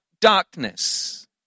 darkness